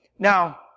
Now